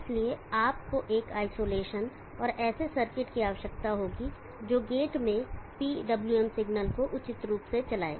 इसलिए आपको एक आइसोलेशन और ऐसे सर्किट की आवश्यकता होगी जो गेट में PWM सिग्नल को उचित रूप से चलाएं